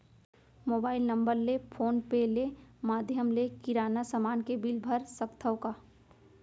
Mobile number ले phone पे ले माधयम ले किराना समान के बिल भर सकथव का?